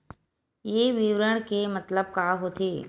ये विवरण के मतलब का होथे?